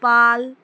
পাল